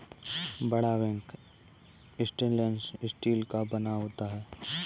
बड़ा tank stainless steel का बना होता है